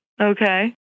Okay